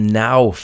now